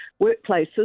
workplaces